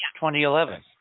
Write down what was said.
2011